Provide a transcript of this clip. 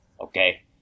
Okay